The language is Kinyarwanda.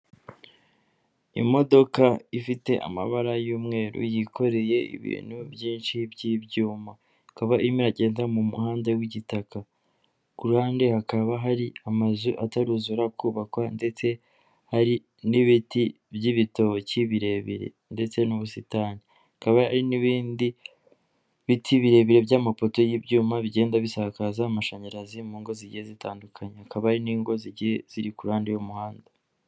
Imodoka ifite amabara y'umweru yikoreye ibintu byinshi by'ibyuma, ikaba irimo iragenda mu muhanda w'igitaka, ku ruhande hakaba hari amazu ataruzura kubakwa ndetse hari n'ibiti by'ibitoki birebire ndetse n'ubusitani, hakaba hari n'ibindi biti birebire by'amapoto y'ibyuma bigenda bisakaza amashanyarazi mu ngo zigiye zitandukanye, hakaba hari n'ingo ziri kurande y'umuhanda.